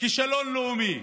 כישלון לאומי.